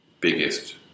biggest